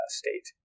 state